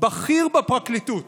בכיר בפרקליטות